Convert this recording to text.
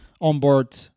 onboard